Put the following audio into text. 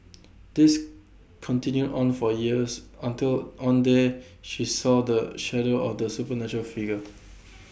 this continued on for years until one day she saw the shadow of the supernatural figure